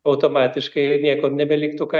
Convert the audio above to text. automatiškai niekam nebeliktų ką